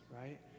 right